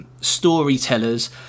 storytellers